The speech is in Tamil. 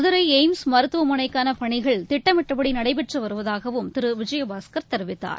மதுரை எயிம்ஸ் மருத்துவமனைக்கான பணிகள் திட்டமிட்டபடி நடைபெற்று வருவதாகவும் திரு விஜயபாஸ்கர் தெரிவித்தார்